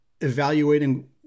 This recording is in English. evaluating